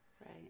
Right